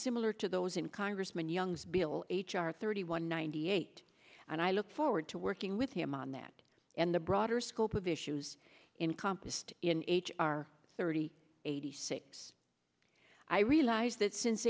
similar to those in congressman young's bill h r thirty one ninety eight and i look forward to working with him on that and the broader scope of issues in compas in h r thirty eighty six i realize that since